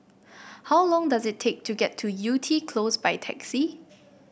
how long does it take to get to Yew Tee Close by taxi